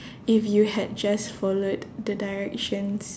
if you had just followed the directions